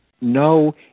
No